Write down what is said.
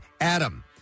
Adam